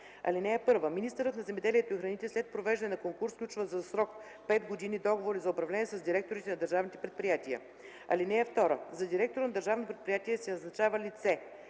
171. (1) Министърът на земеделието и храните след провеждане на конкурс сключва за срок 5 години договори за управление с директорите на държавните предприятия. (2) За директор на държавно предприятие се назначава лице: